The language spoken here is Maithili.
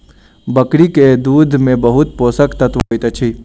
बकरी के दूध में बहुत पोषक तत्व होइत अछि